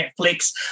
Netflix